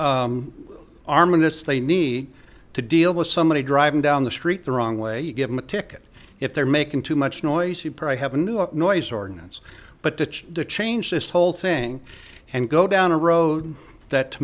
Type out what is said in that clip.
arminius they need to deal with somebody driving down the street the wrong way you give them a ticket if they're making too much noise you probably have a new look noise ordinance but to change this whole thing and go down a road that